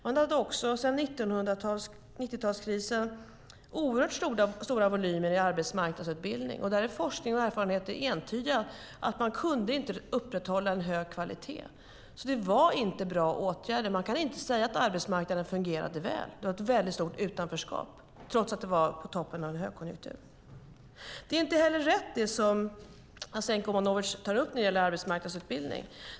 Man hade också sedan 90-talskrisen oerhört stora volymer i arbetsmarknadsutbildning, och där är forskningsresultaten entydiga i att man inte kunde upprätthålla en hög kvalitet. Det var alltså inte bra åtgärder. Man kan inte säga att arbetsmarknaden fungerade väl, för det var ett stort utanförskap, trots att vi var på toppen av en högkonjunktur. Det är inte heller rätt som Jasenko Omanovic tar upp när det gäller arbetsmarknadsutbildning.